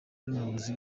n’umuyobozi